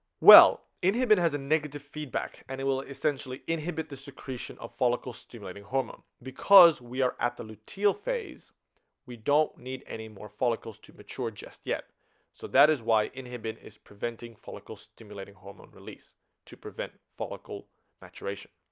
well inhibin has a negative feedback and it will essentially inhibit the secretion of follicle stimulating hormone because we are at the luteal phase we don't need any more follicles to mature just yet so that is why inhibin is preventing follicle stimulating hormone release to prevent follicle maturation